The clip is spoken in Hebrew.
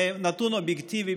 זה נתון אובייקטיבי,